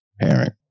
parent